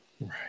Right